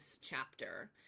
chapter